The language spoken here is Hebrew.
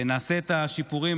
נעשה את השיפורים.